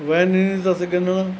van ईंदी अथसि गिनण